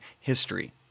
history